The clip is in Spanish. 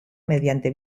mediante